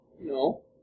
No